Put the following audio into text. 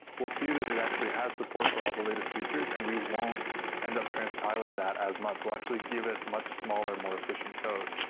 we'll see that it actually has support for all the latest features and we won't end up transpiling that as much. we'll actually give it much smaller, more efficient code.